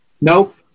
Nope